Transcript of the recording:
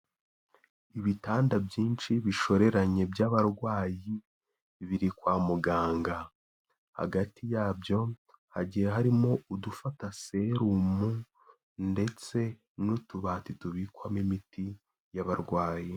Ibitanda byinshi bishoreranye by'abarwayi, biri kwa muganga. Hagati yabyo hagiye harimo udufata serumu, ndetse n'utubati tubikwamo imiti y'abarwayi.